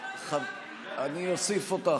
אני אוסיף אותך,